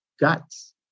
guts